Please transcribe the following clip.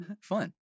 Fun